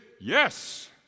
yes